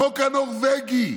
החוק הנורבגי,